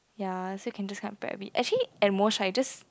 ya so can just come and actually at most right just